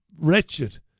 wretched